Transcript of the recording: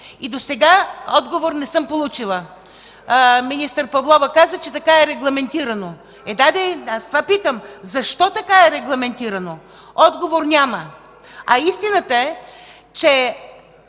И досега отговор не съм получила. Министър Павлова каза, че така е регламентирано. Е, да де, аз това питам: защо така е регламентирано? Отговор няма. А истината е, че